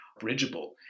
bridgeable